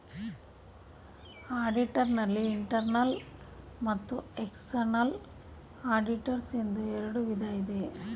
auditor ನಲ್ಲಿ internal ಮತ್ತು external auditors ಎಂಬ ಎರಡು ವಿಧ ಇದೆ